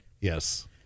Yes